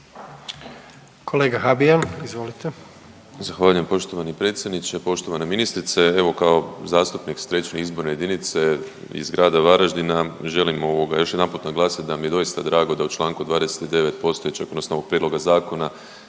Kolega Habijan izvolite.